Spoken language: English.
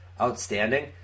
outstanding